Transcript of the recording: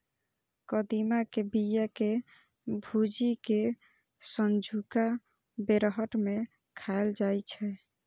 कदीमा के बिया कें भूजि कें संझुका बेरहट मे खाएल जाइ छै